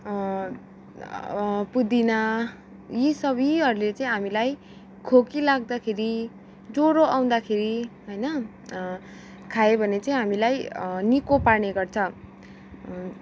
पुदिना यी सब यीहरूले चाहिँ हामीलाई खोकी लाग्दाखेरि ज्वरो आउँदाखेरि होइन खाएभने चाहिँ हामीलाई निको पार्ने गर्छ